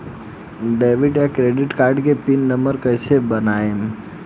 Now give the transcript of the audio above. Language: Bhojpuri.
डेबिट या क्रेडिट कार्ड मे पिन नंबर कैसे बनाएम?